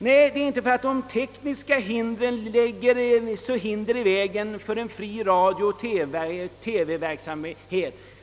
Nej, det är inte tekniken som lägger hinder i vägen för en fri radiooch TV-verksamhet.